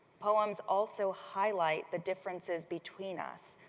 poems also highlight the differences between us,